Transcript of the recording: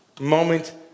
moment